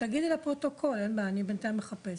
תגידי לפרוטוקול, אין בעיה, אני בינתיים אחפש.